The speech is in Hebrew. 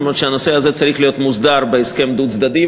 אף שהנושא הזה צריך להיות מוסדר בהסכם דו-צדדי,